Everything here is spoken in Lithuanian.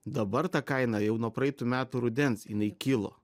dabar ta kaina jau nuo praeitų metų rudens jinai kilo